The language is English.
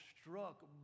struck